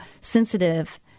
sensitive